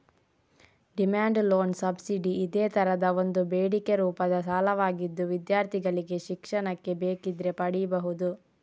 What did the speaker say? demand loan subsidy ಇದೇ ತರದ ಒಂದು ಬೇಡಿಕೆ ರೂಪದ ಸಾಲವಾಗಿದ್ದು ವಿದ್ಯಾರ್ಥಿಗಳಿಗೆ ಶಿಕ್ಷಣಕ್ಕೆ ಬೇಕಿದ್ರೆ ಪಡೀಬಹುದು